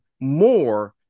more